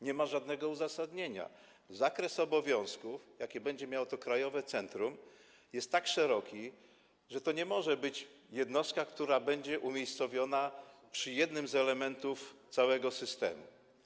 Nie ma to żadnego uzasadnienia - zakres obowiązków, jakie będzie miało to krajowe centrum, jest tak szeroki, że nie może to być jednostka, która będzie umiejscowiona przy jednym z elementów całego systemu.